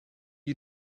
you